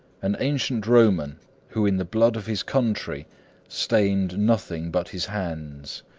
an ancient roman who in the blood of his country stained nothing but his hands.